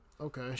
okay